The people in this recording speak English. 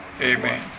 Amen